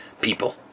people